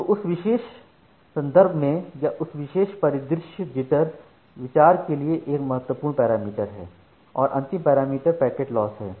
तो उस विशेष संदर्भ में या उस विशेष परिप्रेक्ष्य जिटर विचार के लिए एक महत्वपूर्ण पैरामीटर है और अंतिम पैरामीटर पैकेट लॉस है